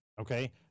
okay